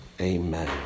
Amen